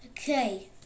Okay